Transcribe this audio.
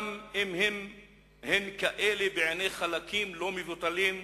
גם אם הן כאלה בעיני חלקים לא מבוטלים,